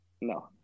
no